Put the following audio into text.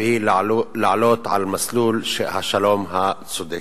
והיא לעלות על מסלול השלום הצודק.